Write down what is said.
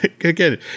again